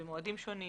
במועדים שונים